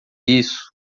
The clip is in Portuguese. isso